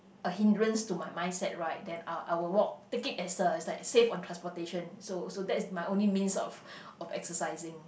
a hindrance to my mindset right then I'll I will walk take it as a it's like a save on transportation so so that's my only means of of exercising